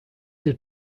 had